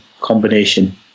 combination